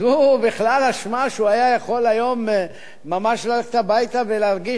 זו בכלל אשמה שהוא היה יכול היום ממש ללכת הביתה ולהרגיש